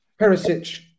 Perisic